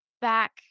back